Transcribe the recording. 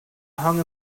hung